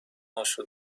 هاشو